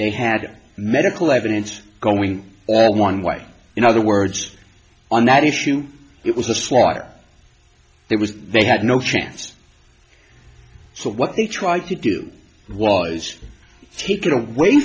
they had medical evidence going one way in other words on that issue it was the slaughter there was they had no chance so what they tried to do was take it away